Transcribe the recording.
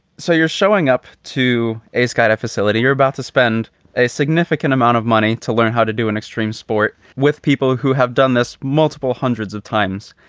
so you're showing up to a skydive facility. you're about to spend a significant amount of money to learn how to do an extreme sport with people who have done this multiple hundreds of times.